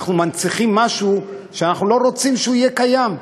אנחנו מנציחים משהו שאנחנו לא רוצים שיהיה קיים.